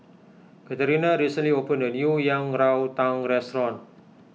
Katerina recently opened a new Yang Rou Tang restaurant